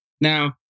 Now